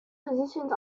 positions